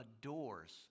adores